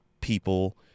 people